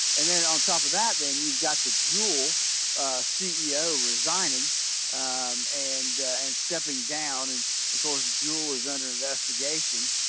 and then on top of that then, you've got the juul ceo resigning um and and stepping down, and of course juul is under investigation,